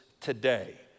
today